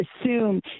assume